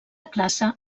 classe